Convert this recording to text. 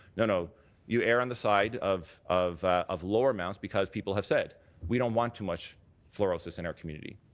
you know you err on the side of of of lower amounts because people have said we don't want too much fluorisis in our community.